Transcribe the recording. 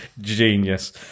genius